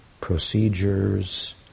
procedures